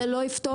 זה לא יפתור.